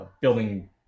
building